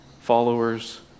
followers